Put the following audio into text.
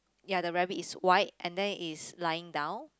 ya the rabbit is white and then it is lying down